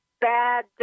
bad